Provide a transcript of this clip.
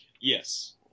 Yes